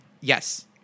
Yes